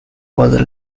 was